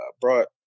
brought